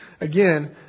Again